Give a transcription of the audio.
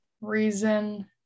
reason